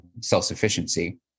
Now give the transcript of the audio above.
self-sufficiency